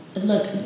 Look